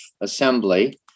assembly